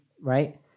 right